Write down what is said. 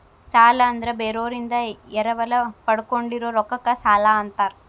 ಸಾಲ ಅಂದ್ರ ಬೇರೋರಿಂದ ಎರವಲ ಪಡ್ಕೊಂಡಿರೋ ರೊಕ್ಕಕ್ಕ ಸಾಲಾ ಅಂತಾರ